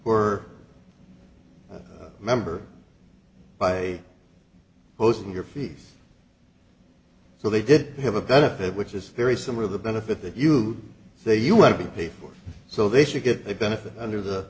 were member by posting your fees so they did have a benefit which is very similar the benefit that you say you want to pay for it so they should get a benefit under the